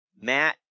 Matt